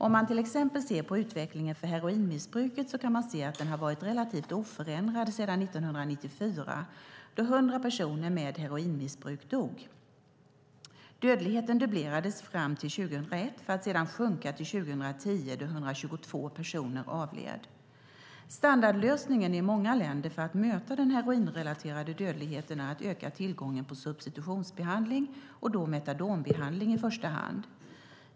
Om man till exempel ser på utvecklingen för heroinmissbruket kan man se att den har varit relativt oförändrad sedan 1994, då 100 personer med ett heroinmissbruk dog. Dödligheten dubblerades fram till 2001 för att sedan sjunka till 2010, då 122 personer avled. Standardlösningen i många länder för att möta den heroinrelaterade dödligheten är att öka tillgången på substitutionsbehandling, i första hand metadonbehandling.